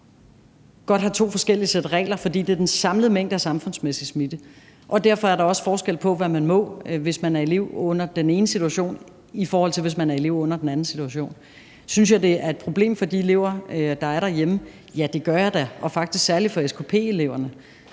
godt have to forskellige sæt regler, fordi det handler om den samlede mængde af samfundsmæssig smitte, og derfor er der også forskel på, hvad man må, hvis man er elev under den ene situation, i forhold til hvis man er elev under den anden situation. Synes jeg, at det er et problem for de elever, der er derhjemme? Ja, det gør jeg da, og faktisk særlig for skp-eleverne,